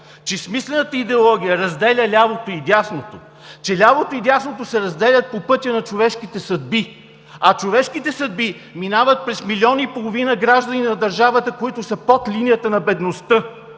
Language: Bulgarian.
че смислената идеология разделя лявото и дясното. Че лявото и дясното се разделят по пътя на човешките съдби, а човешките съдби минават през милион и половина граждани на държавата, които са под линията на бедността.